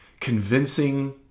convincing